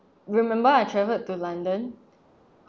remember I travelled to london